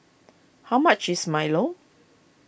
how much is Milo